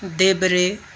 देब्रे